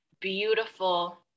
beautiful